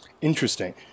Interesting